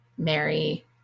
Mary